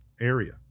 area